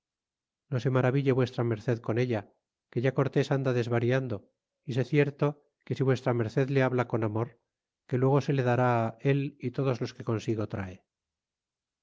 no se maraville v merced con ella que ya cortés anda desvariando y sé cierto que si v merced le habla con amor que luego se le dará él y todos los que consigo trae